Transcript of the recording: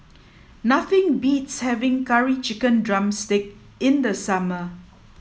nothing beats having Curry Chicken Drumstick in the summer